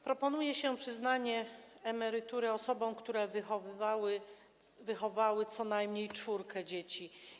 Proponuje się przyznanie emerytury osobom, które wychowały co najmniej czwórkę dzieci.